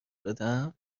بدم